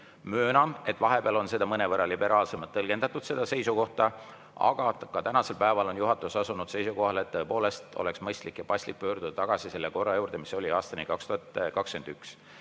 Möönan, et vahepeal on mõnevõrra liberaalsemalt tõlgendatud seda seisukohta, aga ka tänasel päeval on juhatus asunud seisukohale, et tõepoolest oleks mõistlik ja paslik pöörduda tagasi selle korra juurde, mis oli aastani 2021.Ja